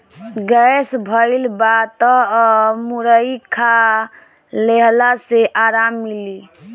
gas भइल बा तअ मुरई खा लेहला से आराम मिली